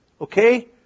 Okay